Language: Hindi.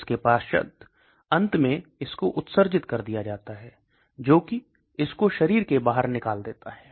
इसके पाश्चात्य अंत में इसको उत्सर्जित कर दिया जाता है जोकि इसको शरीर के बहार निकाल देता है